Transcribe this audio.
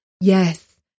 yes